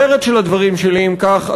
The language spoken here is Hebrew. אם כך,